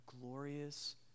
glorious